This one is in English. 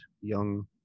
young